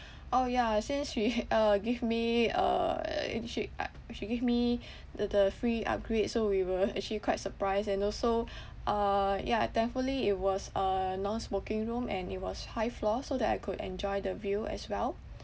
orh ya since we uh give me a she give me the the free upgrade so we were actually quite surprised and also uh yeah thankfully it was a non smoking room and it was high floor so that I could enjoy the view as well